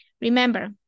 Remember